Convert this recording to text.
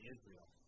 Israel